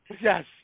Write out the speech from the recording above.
yes